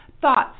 Thoughts